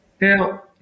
Now